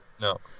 no